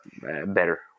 better